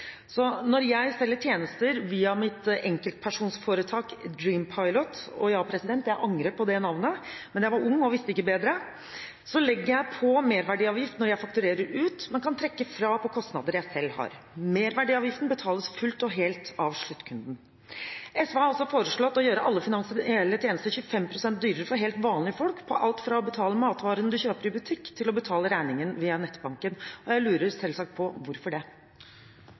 så legger jeg på merverdiavgift når jeg fakturer ut, men kan trekke fra på kostnader jeg selv har. Merverdiavgiften betales fullt og helt av sluttkunden. SV har altså foreslått å gjøre alle finansielle tjenester 25 pst. dyrere for helt vanlige folk, på alt fra å betale matvarene en kjøper i butikk, til å betale regningen via nettbanken. Jeg lurer selvsagt på: Hvorfor det?